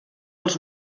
els